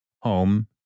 home